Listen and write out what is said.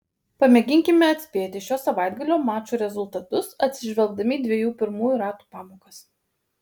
pamėginkime atspėti šio savaitgalio mačų rezultatus atsižvelgdami į dviejų pirmųjų ratų pamokas